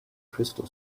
crystal